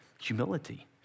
humility